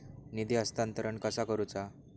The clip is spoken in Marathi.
निधी हस्तांतरण कसा करुचा?